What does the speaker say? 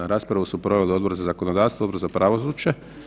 Raspravu su proveli Odbor za zakonodavstvo, Odbor za pravosuđe.